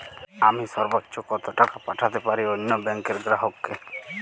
আমি সর্বোচ্চ কতো টাকা পাঠাতে পারি অন্য ব্যাংকের গ্রাহক কে?